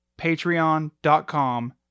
patreon.com